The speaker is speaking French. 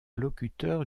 locuteurs